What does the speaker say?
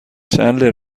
چندلر